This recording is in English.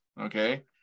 okay